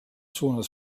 suunas